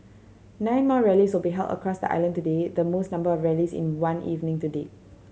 nine more rallies will be held across the island today the most number of rallies in one evening to date